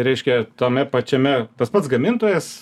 reiškia tame pačiame tas pats gamintojas